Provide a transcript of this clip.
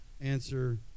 answer